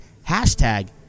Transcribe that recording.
Hashtag